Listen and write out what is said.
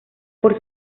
por